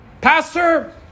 Pastor